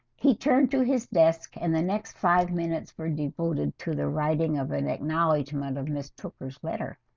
he turned to his desk and the next five minutes were devoted to the writing of an acknowledgement of mistook her sweater.